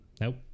nope